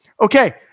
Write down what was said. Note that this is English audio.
Okay